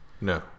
no